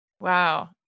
Wow